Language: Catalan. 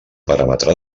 paràmetre